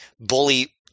bully